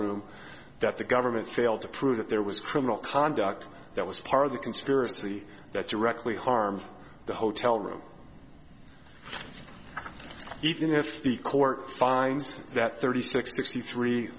room that the government failed to prove that there was criminal conduct that was part of the conspiracy that directly harmed the hotel room even if the court finds that thirty six sixty three